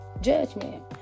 judgment